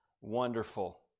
Wonderful